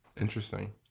Interesting